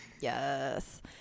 Yes